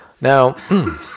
Now